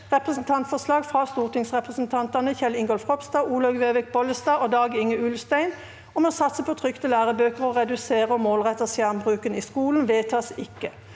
Representantforslag fra stortingsrepresentantene Kjell Ingolf Ropstad, Olaug Vervik Bollestad og Dag-Inge Ulstein om å satse på trykte lærebøker og redusere og målrette skjermbruken i skolen – vedtas ikke.